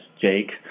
Jake